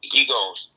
egos